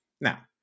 Now